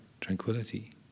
tranquility